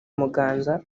muganza